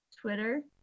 Twitter